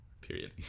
Period